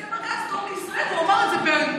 שהסכם הגז טוב לישראל, והוא אמר את זה באנגלית.